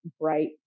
bright